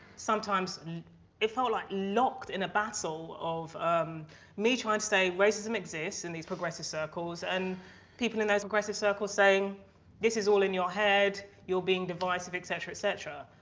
sometimes it felt like locked in a battle of um me trying to say racism exists in these progressive circles and people in those progressive circles saying this is all in your head you're being divisive, etc. etc.